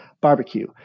barbecue